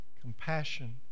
compassion